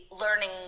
learning